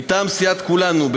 מטעם סיעת כולנו,